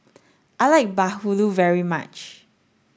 I like Bahulu very much